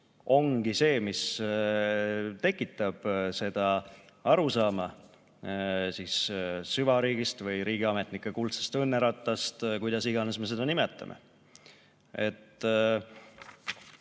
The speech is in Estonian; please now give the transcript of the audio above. ongi see, mis tekitab seda arusaama süvariigist või riigiametnike kuldsest õnnerattast, kuidas iganes me seda nimetame.